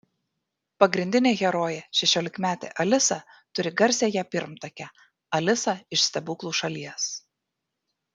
pagrindinė herojė šešiolikmetė alisa turi garsiąją pirmtakę alisą iš stebuklų šalies